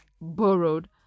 borrowed